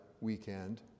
weekend